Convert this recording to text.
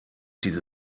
diese